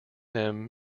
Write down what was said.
them